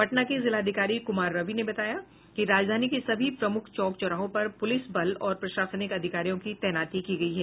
पटना के जिलाधिकारी कुमार रवि ने बताया कि राजधानी के सभी प्रमुख चौक चौराहों पर पुलिस बल और प्रशासनिक अधिकारियों की तैनाती की गयी है